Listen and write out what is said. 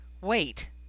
Wait